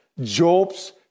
Job's